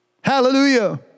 Hallelujah